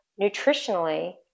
nutritionally